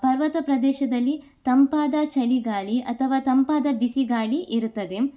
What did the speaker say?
ಪರ್ವತ ಪ್ರದೇಶದಲ್ಲಿ ತಂಪಾದ ಚಳಿ ಗಾಳಿ ಅಥವಾ ತಂಪಾದ ಬಿಸಿ ಗಾಳಿ ಇರುತ್ತದೆ